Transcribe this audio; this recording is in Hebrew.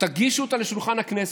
תגישו אותה לשולחן הכנסת,